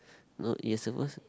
no you're suppose